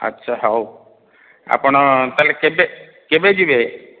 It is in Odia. ଆଚ୍ଛା ହଉ ଆପଣ ତା'ହେଲେ କେବେ କେବେ ଯିବେ